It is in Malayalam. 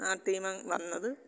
ആ ടീം അന്ന് വന്നത്